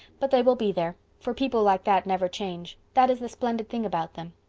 but they will be there, for people like that never change. that is the splendid thing about them.